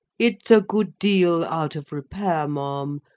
it's a good deal out of repair, ma'am,